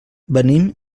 venim